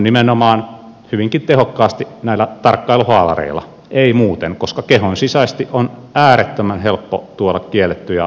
nimenomaan hyvinkin tehokkaasti näillä tarkkailuhaalareilla ei muuten koska kehonsisäisesti on äärettömän helppo tuoda kiellettyjä aineita vankiloihin